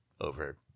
over